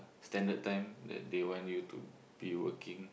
standard time that they want you to be working